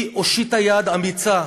היא הושיטה יד אמיצה,